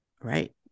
Right